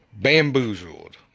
bamboozled